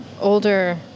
older